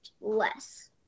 less